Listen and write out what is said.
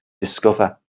discover